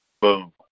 Boom